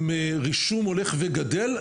עם רישום הולך וגדל,